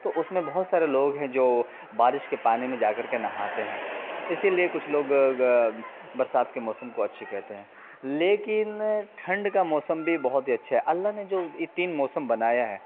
تو اس میں بہت سارے لوگ ہیں جو بارش کے پانی میں جا کر کے نہاتے ہیں اسی لیے کچھ لوگ برسات کے موسم کو اچھے کہتے ہیں لیکن ٹھنڈ کا موسم بھی بہت ہی اچھا ہے اللہ نے جو یہ تین موسم بنایا ہے